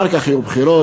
אחר כך יהיו בחירות,